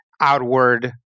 outward